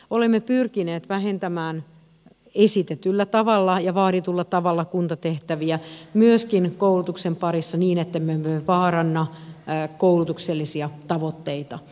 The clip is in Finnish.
olemme pyrkineet vähentämään esitetyllä tavalla ja vaaditulla tavalla kuntatehtäviä myöskin koulutuksen parissa niin ettemme me vaaranna koulutuksellisia tavoitteita